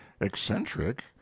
eccentric